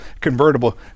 convertible